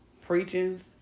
preachings